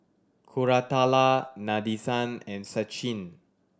Koratala Nadesan and Sachin